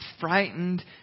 frightened